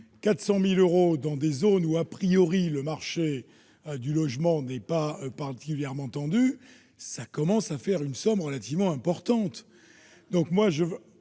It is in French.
400 000 euros, dans des zones où,, le marché du logement n'est pas particulièrement tendu ! La somme commence à être relativement importante.